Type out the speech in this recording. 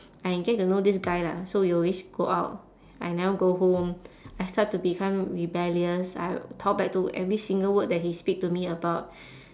I get to know this guy lah so we always go out I never go home I start to become rebellious I talk back to every single word that they speak to me about